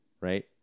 Right